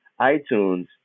iTunes